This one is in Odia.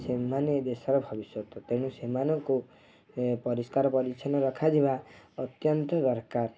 ସେମାନେ ଦେଶର ଭବିଷ୍ୟତ ତେଣୁ ସେମାନଙ୍କୁ ପରିଷ୍କାର ପରଛନ୍ନ ରଖାଯିବା ଅତ୍ୟନ୍ତ ଦରକାର